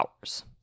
hours